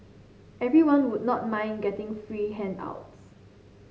everyone would not mind getting free handouts